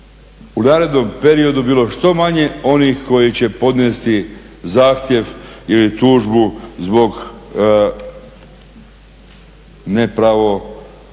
u narednom periodu bilo što manje onih koji će podnijeti zahtjev ili tužbu zbog nepravovaljanoga